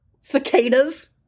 cicadas